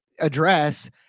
address